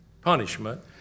punishment